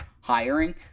hiring